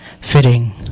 fitting